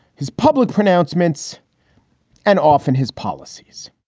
his public pronouncements and often his policies